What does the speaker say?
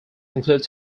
include